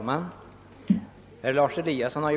Herr talman!